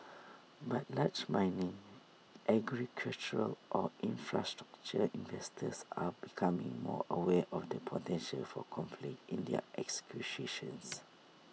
but large mining agricultural or infrastructure investors are becoming more aware of the potential for conflict in their acquisitions